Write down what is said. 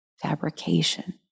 fabrication